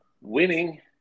winning